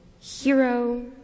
hero